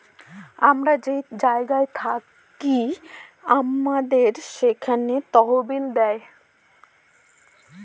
আমরা যে জায়গায় থাকি সেখানে আমাদের তহবিল দেয়